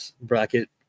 bracket